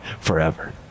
forever